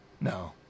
No